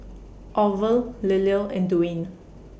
Orvel Liller and Dwaine